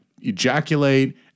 ejaculate